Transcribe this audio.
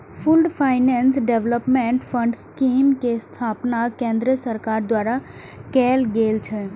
pooled finance development fund scheme के स्थापना केंद्र सरकार द्वारा कैल गेल छै